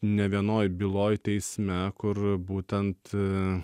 ne vienoj byloj teisme kur būtent